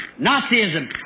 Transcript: Nazism